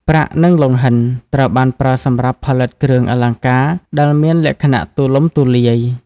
ប្រាក់នឹងលង្ហិនត្រូវបានប្រើសម្រាប់ផលិតគ្រឿងអលង្ការដែលមានលក្ខណៈទូលំទូលាយ។